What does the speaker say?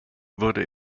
wurde